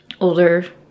older